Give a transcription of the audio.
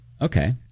Okay